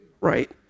Right